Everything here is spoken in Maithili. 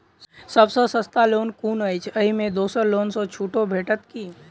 सब सँ सस्ता लोन कुन अछि अहि मे दोसर लोन सँ छुटो भेटत की?